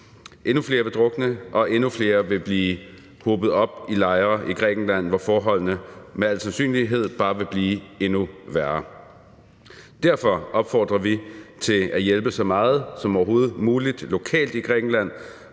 endnu flere vil drukne, og endnu flere vil blive hobet op i lejre i Grækenland, hvor forholdene med al sandsynlighed bare vil blive endnu værre. Derfor opfordrer vi til at hjælpe så meget som overhovedet muligt lokalt i Grækenland